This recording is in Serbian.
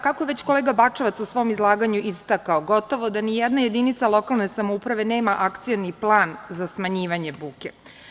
Kako je već kolega Bačevac u svom izlaganju istakao, gotovo da nijedna jedinica lokalne samouprave nema akcioni plan za smanjivanje buke.